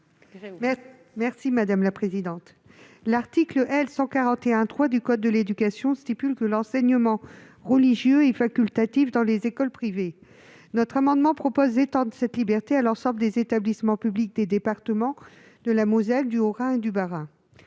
Mme Michelle Gréaume. L'article L. 141-3 du code de l'éducation dispose que l'enseignement religieux est facultatif dans les écoles privées. Par cet amendement, nous proposons d'étendre cette liberté à l'ensemble des établissements publics des départements de la Moselle, du Haut-Rhin et du Bas-Rhin.